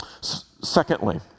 Secondly